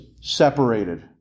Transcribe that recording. separated